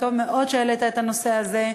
טוב מאוד שהעלית את הנושא הזה.